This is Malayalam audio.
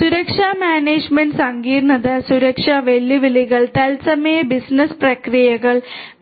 സുരക്ഷാ മാനേജ്മെന്റിന്റെ സങ്കീർണ്ണത സുരക്ഷാ വെല്ലുവിളികൾ തത്സമയ ബിസിനസ്സ് പ്രക്രിയകൾ